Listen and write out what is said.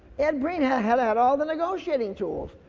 ed breen had had had all the negotiating tools,